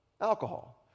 alcohol